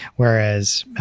whereas,